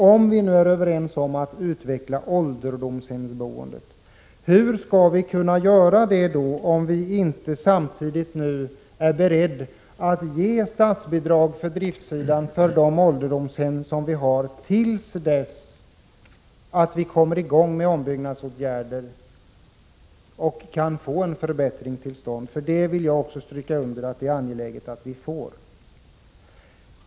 Om vi nu är överens om att utveckla ålderdomshemsboendet, hur skall vi kunna göra det om vi inte samtidigt är beredda att ge statsbidrag till driften av ålderdomshemmen till dess att ombyggnadsåtgärder kommer i gång och en förbättring sker? Jag vill stryka under att detta är angeläget.